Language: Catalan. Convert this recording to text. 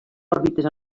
òrbites